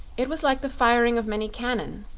it was like the firing of many cannon,